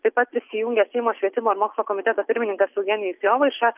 taip pat prisijungė seimo švietimo ir mokslo komiteto pirmininkas eugenijus jovaiša